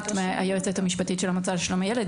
היועצת המשפטית של המועצה לשלום הילד.